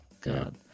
God